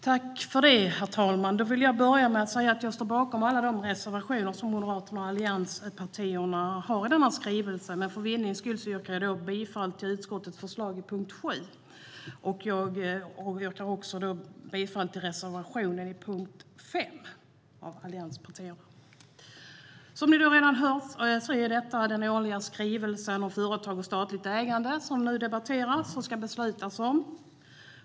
Herr talman! Jag vill börja med att säga att jag står bakom alla de reservationer som Moderaterna och övriga allianspartier har i denna skrivelse, men för tids vinnande yrkar jag bifall till utskottets förslag under punkt 7. Jag yrkar även bifall till allianspartiernas reservation under punkt 5. Vi debatterar, och kommer att fatta beslut om, den årliga skrivelsen om företag och statligt ägande.